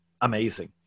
amazing